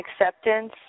acceptance